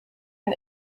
ein